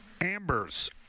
Amber's